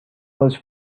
was